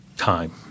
time